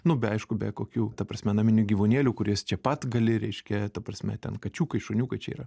nu be aišku be kokių ta prasme naminių gyvūnėlių kuris čia pat gali reiškia ta prasme ten kačiukai šuniukai čia yra